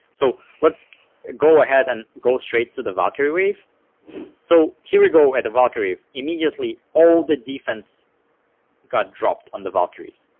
so let's go ahead and go straight to the valkyrie wave so here we go to and the valkyrie. immediately all the defense got dropped on the valkyries.